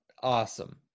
awesome